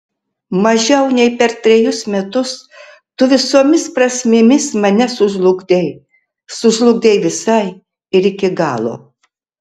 mažiau nei per trejus metus tu visomis prasmėmis mane sužlugdei sužlugdei visai ir iki galo